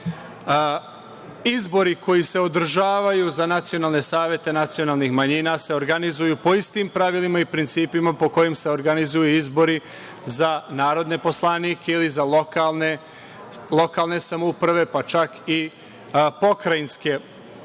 zemlje. Izbori koji se održavaju za nacionalne savete nacionalnih manjina se organizuju po istim pravilima i principima po kojima se organizuju izbori za narodne poslanike ili za lokalne samouprave, pa čak i pokrajinske